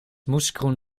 moeskroen